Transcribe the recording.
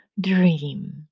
dream